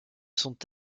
sont